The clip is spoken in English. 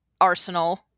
arsenal